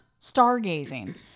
Stargazing